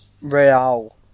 Real